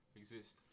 exist